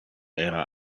era